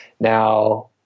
Now